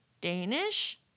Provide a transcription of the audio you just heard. Danish